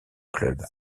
club